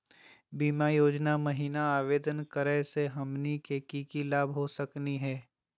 बीमा योजना महिना आवेदन करै स हमनी के की की लाभ हो सकनी हे?